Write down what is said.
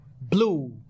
blue